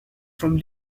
from